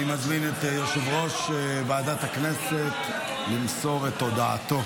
אני מזמין את יושב-ראש ועדת הכנסת למסור את הודעתו.